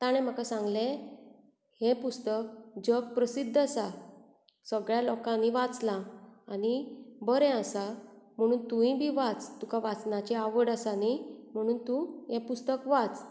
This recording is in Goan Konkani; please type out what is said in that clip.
ताणें म्हाका सांगलें हें पुस्तक जग प्रसिद्ध आसा सगळ्या लोकांनीं वाचलां आनी बरें आसा म्हूण तुंवूय बी वाच तुका वाचनाची आवड आसा न्ही तूं हें पुस्तक वाच